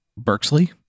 Berksley